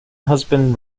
husband